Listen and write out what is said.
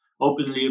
openly